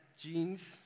Jeans